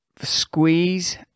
squeeze